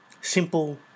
simple